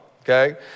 okay